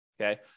Okay